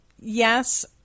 yes